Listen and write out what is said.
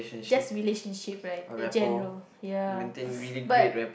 just relationship right uh general ya but